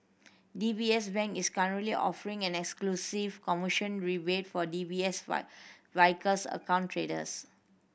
D B S Bank is currently offering an exclusive commission rebate for D B S Vickers account traders